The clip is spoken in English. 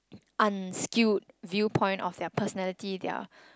unskilled view point of their personality their